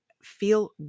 feel